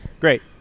Great